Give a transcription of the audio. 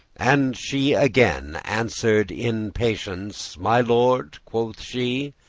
and she again answer'd in patience my lord, quoth she,